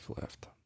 left